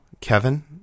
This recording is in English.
Kevin